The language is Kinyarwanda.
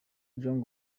jong